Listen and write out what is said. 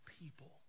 people